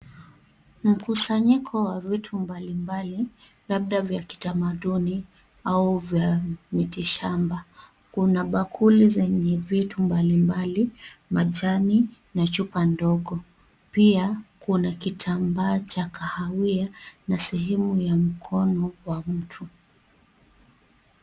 Mkusanyiko wa vitu mbalimbali, labda vya kitamaduni au vya miti shamba. Kuna bakuli zenye vitu mbalimbali, majani na chupa ndogo. Pia, kuna kitambaa cha kahawia na sehemu ya mkono wa mtu.